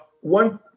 one